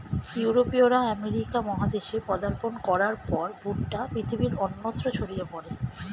ইউরোপীয়রা আমেরিকা মহাদেশে পদার্পণ করার পর ভুট্টা পৃথিবীর অন্যত্র ছড়িয়ে পড়ে